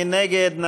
מי נגד?